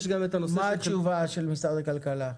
יש גם הנושא --- מה התשובה של משרד הכלכלה?